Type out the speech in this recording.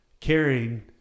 caring